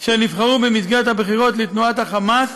אשר נבחרו במסגרת הבחירות לתנועת ה"חמאס",